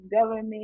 government